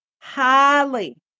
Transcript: highly